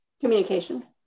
communication